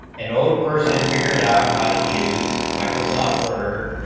an old person figured out how to use microsoft word